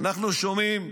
אנחנו שומעים,